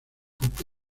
grupo